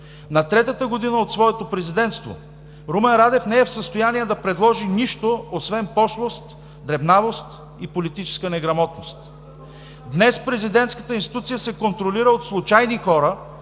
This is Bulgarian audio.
На третата година от своето президентство Румен Радев не е в състояние да предложи нищо освен пошлост, дребнавост и политическа неграмотност. (Реплики от „БСП за България“.) Днес президентската институция се контролира от случайни хора